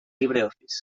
libreoffice